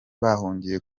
bahungiye